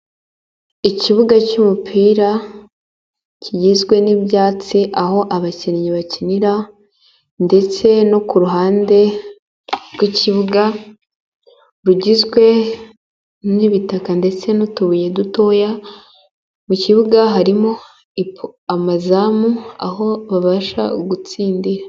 Ikibuga cy'umupira kigizwe n'ibyatsi aho abakinnyi bakinira, ndetse no ku ruhande rw'ikibuga rugizwe n'ibitaka ndetse n'utubuye dutoya, mu kibuga harimo amazamu aho babasha gutsindira.